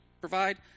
provide